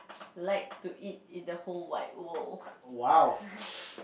like to eat in the whole wide world